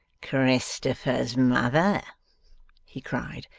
christopher's mother he cried.